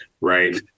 right